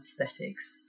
aesthetics